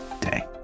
day